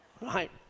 right